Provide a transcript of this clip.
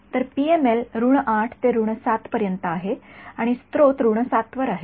तर पीएमएल ८ ते ७ पर्यंत आहे आणि स्त्रोत ७ वर आहे